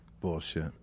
Bullshit